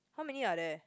how many are there